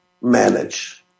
manage